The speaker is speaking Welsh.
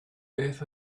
beth